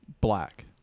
black